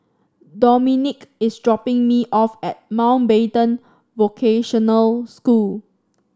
Dominic is dropping me off at Mountbatten Vocational School